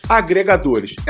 agregadores